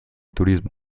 turismo